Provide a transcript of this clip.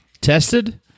tested